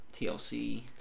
TLC